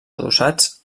adossats